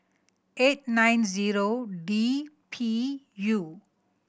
eight nine zero D P U